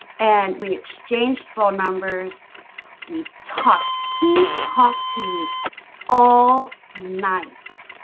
and we exchanged phone numbers we talked he talked to me all night